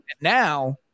Now